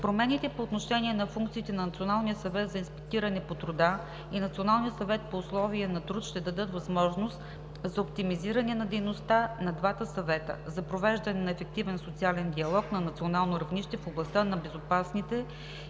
Промените по отношение на функциите на Националния съвет за инспектиране по труда и Националния съвет по условия на труд ще дадат възможност за оптимизиране на дейността на двата съвета, за провеждане на ефективен социален диалог на национално равнище в областта на безопасните и здравословни